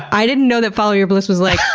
i didn't know that follow your bliss was like,